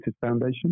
Foundation